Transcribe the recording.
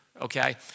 okay